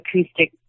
acoustic